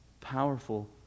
powerful